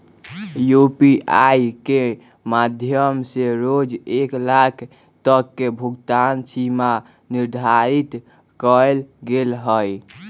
UPI के माध्यम से रोज एक लाख तक के भुगतान सीमा निर्धारित कएल गेल हइ